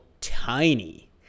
tiny